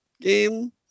game